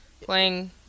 playing